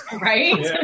Right